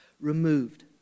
removed